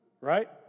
right